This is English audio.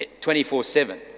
24-7